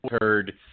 heard